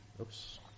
oops